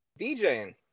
DJing